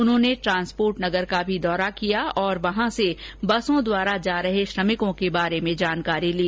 उन्होंने ट्रांसपोर्ट नगर का भी दौरा किया और वहां से बसों द्वारा जा रहे श्रमिकों के बारे में जानकारी ली